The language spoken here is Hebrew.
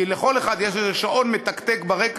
כי לכל אחד יש איזה שעון מתקתק ברקע,